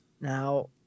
Now